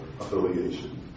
affiliation